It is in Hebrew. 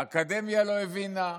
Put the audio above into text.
האקדמיה לא הבינה,